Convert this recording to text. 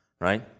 right